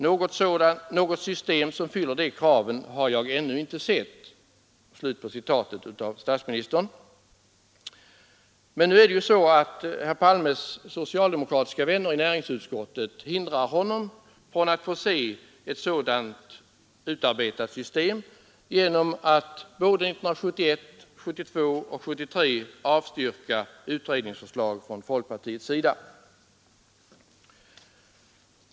Något system som fyller de kraven har jag ännu inte sett.” Nu är det så att herr Palmes socialdemokratiska vänner i näringsutskottet hindrar honom från att få se ett sådant utarbetat system. De har 1971, 1972 och 1973 avstyrkt utredningsförslag från folkpartiets sida.